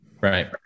Right